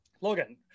Logan